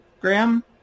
Graham